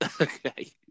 Okay